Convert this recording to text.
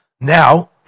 now